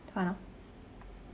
(uh huh)